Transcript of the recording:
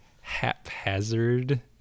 haphazard